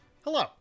Hello